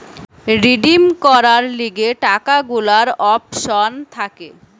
redeem করার লিগে টাকা গুলার অপশন থাকে